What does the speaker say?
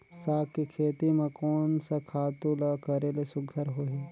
साग के खेती म कोन स खातु ल करेले सुघ्घर होही?